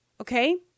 Okay